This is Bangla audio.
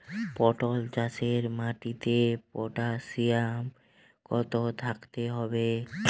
পটল চাষে মাটিতে পটাশিয়াম কত থাকতে হবে?